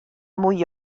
mwy